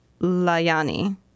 Layani